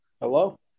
Hello